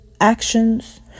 actions